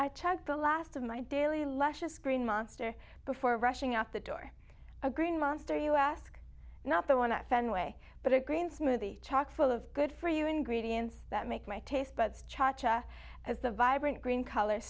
i chucked the last of my daily luscious green monster before rushing out the door a green monster you ask not the one at fenway but a green smoothie chock full of good for you ingredients that make my taste buds chacha as the vibrant green col